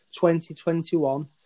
2021